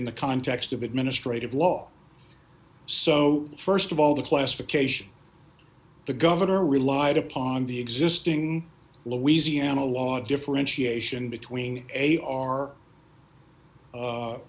in the context of administrative law so st of all the classification the governor relied upon the existing louisiana law differentiation between a